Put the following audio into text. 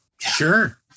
Sure